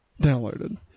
downloaded